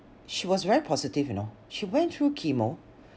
she was very positive you know she went through chemo